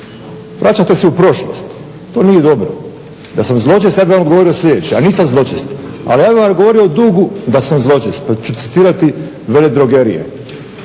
Vraćate se u prošlost, to nije dobro. Da sam zločest sad bih vam odgovorio sljedeće, a nisam zločest, ali ja bih vam odgovorio o dugu, da sam zločest, pa ću citirati veledrogerije.